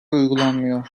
uygulanmıyor